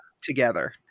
together